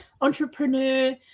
entrepreneur